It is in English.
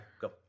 Go